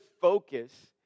focus